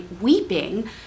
weeping